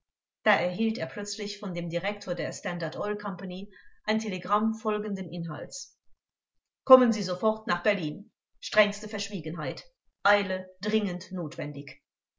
da erhielt er plötzlich von dem direktor der standard oil compagnie ein telegramm folgenden inhalts kommen sie sofort nach berlin strengste verschwiegenheit eile dringend notwendig